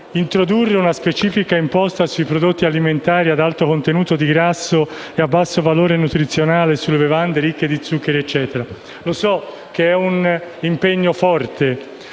introdurre una specifica imposta sui prodotti alimentari ad alto contenuto di grassi e basso valore nutrizionale e sulle bevande ricche di zucchero e anidride carbonica. So che